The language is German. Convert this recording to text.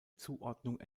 zuordnung